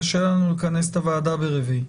קשה לנו לכנס את הוועדה ברביעי.